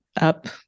up